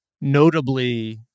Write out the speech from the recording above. notably